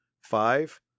five